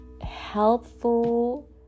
helpful